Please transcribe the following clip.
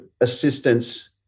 assistance